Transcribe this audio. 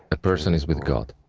a person is with god.